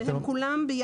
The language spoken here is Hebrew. הם כולם ביחד.